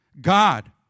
God